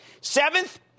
Seventh